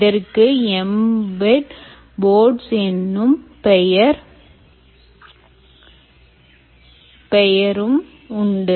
இதற்கு embed boards எனும் பெயரும் உண்டு